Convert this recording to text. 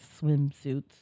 swimsuits